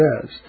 says